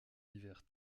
hivers